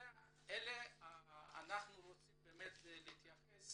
אנחנו רוצים להתייחס